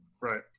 Right